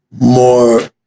more